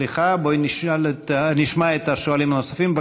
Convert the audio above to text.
סליחה, בואי נשמע את השואלים הנוספים.